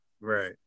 right